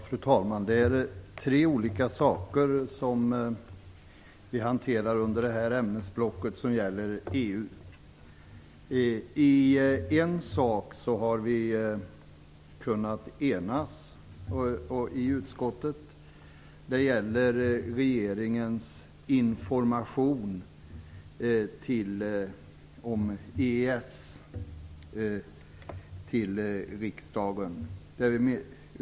Fru talman! Det är tre olika saker som vi hanterar under detta ämnesblock som gäller EU. I en fråga har vi kunnat ena oss i utskottet, nämligen regeringens information om EES till riksdagen.